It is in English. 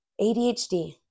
ADHD